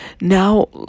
Now